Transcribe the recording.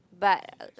but